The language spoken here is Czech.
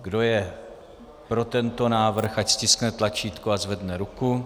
Kdo je pro tento návrh, ať stiskne tlačítko a zvedne ruku.